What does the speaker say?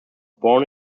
born